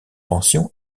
pension